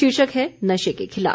शीर्षक है नशे के खिलाफ